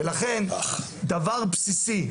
זה דבר בסיסי,